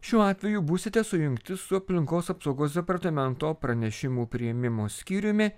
šiuo atveju būsite sujungti su aplinkos apsaugos departamento pranešimų priėmimo skyriumi